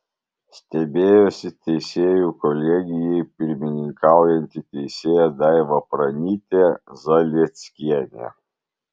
stebėjosi teisėjų kolegijai pirmininkaujanti teisėja daiva pranytė zalieckienė